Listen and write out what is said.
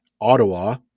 Ottawa